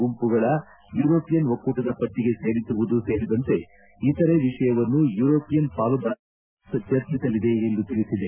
ಗುಂಪುಗಳ ಯುರೋಪಿಯನ್ ಒಕ್ಕೂಟದ ಪಟ್ಟಗೆ ಸೇರಿಸುವುದು ಸೇರಿದಂತೆ ಇತರೆ ವಿಷಯವನ್ನು ಯುರೋಪಿಯನ್ ಪಾಲುದಾರರೊಂದಿಗೆ ಫ್ರಾನ್ಸ್ ಚರ್ಚಿಸಲಿದೆ ಎಂದು ತಿಳಿಸಿದೆ